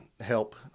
help